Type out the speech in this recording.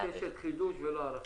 לכן את מתעקשת על חידוש ולא על הארכה.